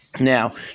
Now